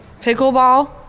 Pickleball